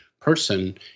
person